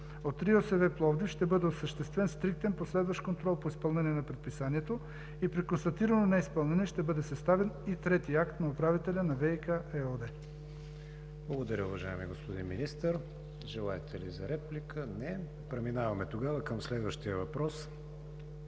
От РИОСВ – Пловдив, ще бъде осъществен стриктен, последващ контрол по изпълнение на предписанието и при констатирано неизпълнение ще бъде съставен и трети акт на управителя на „ВиК“ ЕООД. ПРЕДСЕДАТЕЛ КРИСТИАН ВИГЕНИН: Благодаря, уважаеми господин Министър. Желаете ли реплика? Не. Преминаваме към следващия въпрос